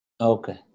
Okay